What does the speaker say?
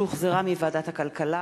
שהחזירה ועדת הכלכלה,